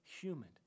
human